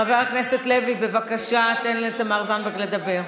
חבר הכנסת לוי, בבקשה, תן לתמר זנדברג לדבר.